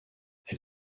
elle